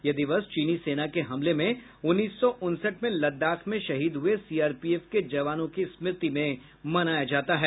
यह दिवस चीनी सेना के हमले में उन्नीस सौ उनसठ में लद्दाख में शहीद हुए सीआरपीएफ के जवानों की स्मृति में मनाया जाता है